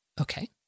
Okay